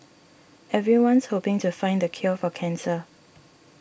everyone's hoping to find the cure for cancer